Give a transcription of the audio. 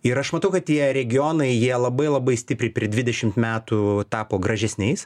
ir aš matau kad tie regionai jie labai labai stipriai per dvidešim metų tapo gražesniais